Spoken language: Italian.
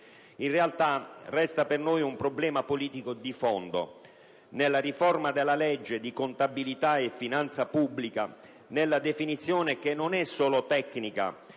In realtà, resta per noi un problema politico di fondo: nella riforma della legge di contabilità e finanza pubblica, nella definizione, che non è solo tecnica,